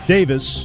Davis